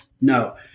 No